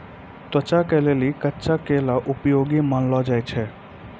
त्वचा के लेली कच्चा केला उपयोगी मानलो जाय छै